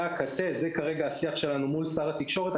קצה וזה כרגע השיח שלנו מול שר התקשורת.